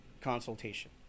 consultation